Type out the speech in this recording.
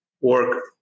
work